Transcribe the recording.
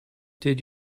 did